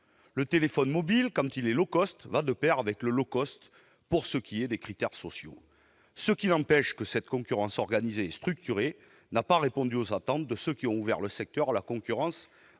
Le téléphone mobile, quand il est, va de pair avec le en matière de critères sociaux. Pour autant, cette concurrence organisée et structurée n'a pas répondu aux attentes de ceux qui ont ouvert le secteur à la concurrence